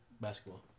Basketball